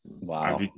Wow